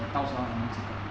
when 到时候它 announced say that